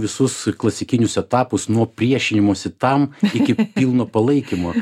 visus klasikinius etapus nuo priešinimosi tam iki pilno palaikymo